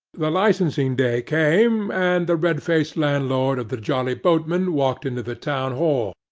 the licensing day came, and the red-faced landlord of the jolly boatmen walked into the town-hall,